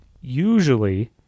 usually